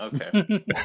Okay